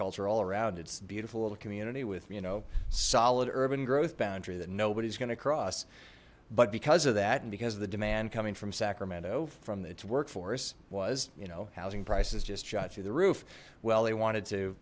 agriculture all around it's beautiful little community with you know solid urban growth boundary that nobody's gonna cross but because of that and because of the demand coming from sacramento from the its workforce was you know housing prices just shot through the roof well they wanted to